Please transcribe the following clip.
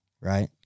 right